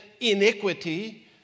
iniquity